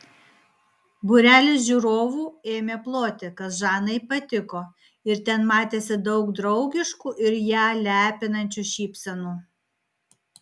būrelis žiūrovų ėmė ploti kas žanai patiko ir ten matėsi daug draugiškų ir ją lepinančių šypsenų